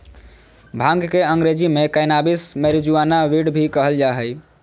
भांग के अंग्रेज़ी में कैनाबीस, मैरिजुआना, वीड भी कहल जा हइ